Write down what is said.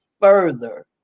further